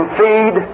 feed